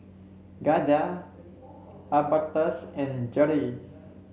Giada Albertus and Jere